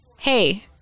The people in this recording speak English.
Hey